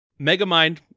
Megamind